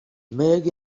meg